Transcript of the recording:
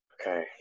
okay